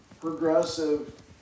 progressive